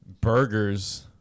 burgers